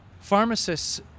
Pharmacists